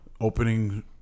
opening